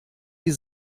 die